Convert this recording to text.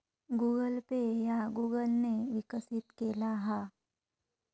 Google Pay ह्या Google ने विकसित केला हा